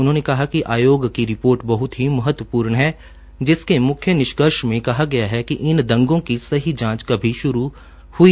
उन्होंने कहा कि आयोग की रिपोर्ट बह्त महत्वपूर्ण है जिसके मुख्य निष्कर्ष में कहा गया है कि इन दंगों की सही जांच कभी श्रू ही नहीं हुई